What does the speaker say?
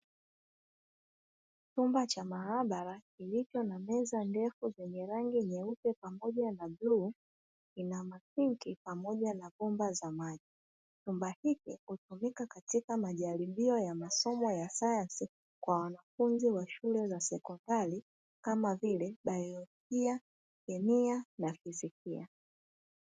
Chumba cha maabara kilicho na meza ndefu zenye rangi nyeupe pamoja na buluu ina masinki pamoja na bomba za maji, chumba hiki hutumika katika majaribio ya masomo ya sayansi kwa wanafunzi wa shule za sekondari kama vile baiolojia, kemia na fizikia.